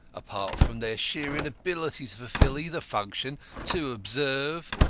apart from their sheer inability to fulfil either function to observe,